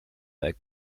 their